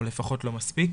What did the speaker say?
או לפחות לא מספיק.